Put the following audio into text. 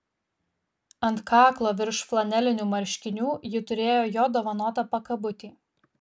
ant kaklo virš flanelinių marškinių ji turėjo jo dovanotą pakabutį